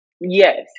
Yes